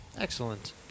Excellent